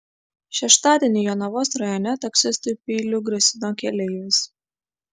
šeštadienį jonavos rajone taksistui peiliu grasino keleivis